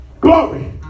Glory